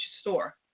store